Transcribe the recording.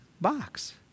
box